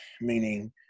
meaning